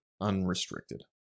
unrestricted